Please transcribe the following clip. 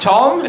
Tom